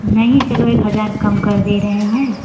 नहीं चलो एक हजार कम कर दे रहे हैं